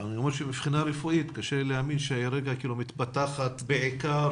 מבחינה רפואית קשה לי להאמין שהאלרגיה מתפתחת בעיקר